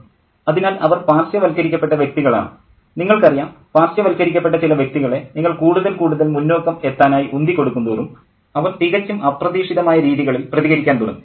professor അതിനാൽ അവർ പാർശ്വവൽക്കരിക്കപ്പെട്ട വ്യക്തികളാണ് നിങ്ങൾക്കറിയാം പാർശ്വവൽക്കരിക്കപ്പെട്ട ചില വ്യക്തികളെ നിങ്ങൾ കൂടുതൽ കൂടുതൽ മുന്നോക്കം എത്താനായി ഉന്തിക്കൊടുക്കുന്തോറും അവർ തികച്ചും അപ്രതീക്ഷിതമായ രീതികളിൽ പ്രതികരിക്കാൻ തുടങ്ങും